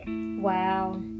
Wow